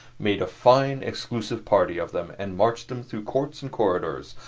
made a fine exclusive party of them and marched them through courts and corridors,